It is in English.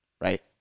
right